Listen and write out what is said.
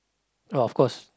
of course